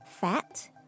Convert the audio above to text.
fat